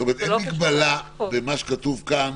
זאת אומרת שאין מגבלה במה שכתוב כאן,